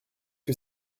que